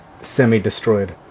semi-destroyed